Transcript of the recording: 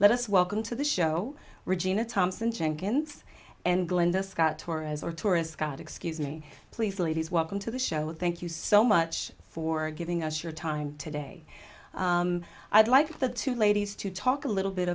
let us welcome to the show regina thompson jenkins and glenda scott torres or tourist scott excuse me please ladies welcome to the show thank you so much for giving us your time today i'd like the two ladies to talk a little bit